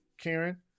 Karen